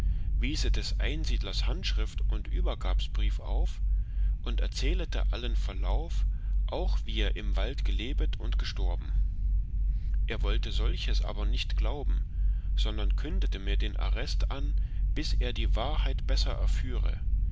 wiese des einsiedlers handschrift oder übergabsbrief auf und erzählete allen verlauf auch wie er im wald gelebet und gestorben er wollte solches aber nicht glauben sondern kündete mir den arrest an bis er die wahrheit besser erführe